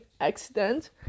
accident